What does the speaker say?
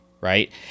right